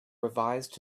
revised